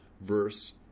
Verse